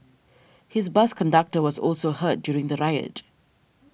his bus conductor was also hurt during the riot